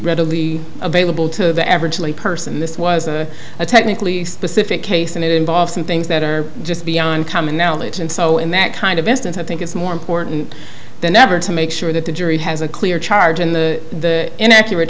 readily available to the average person this was a technically specific case and it involves some things that are just beyond common knowledge and so in that kind of instance i think it's more important than ever to make sure that the jury has a clear charge in the inaccurate